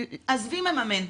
עזבי מממן,